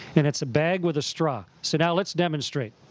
and it's a bag with a straw. so now let's demonstrate.